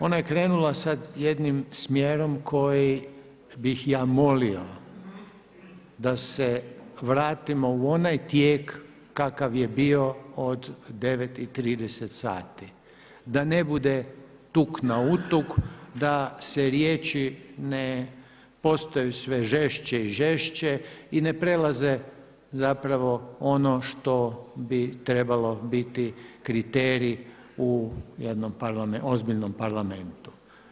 Ona je krenula sada jednim smjerom koji bih ja molio da se vratimo u onaj tijek kakav je bio do 9,30 sati da ne bude tuk na utuk, da se riječi ne postaju sve žešće i žešće i ne prelaze zapravo ono što bi trebalo biti kriterij u jednom ozbiljnom parlamentu.